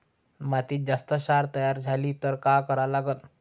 मातीत जास्त क्षार तयार झाला तर काय करा लागन?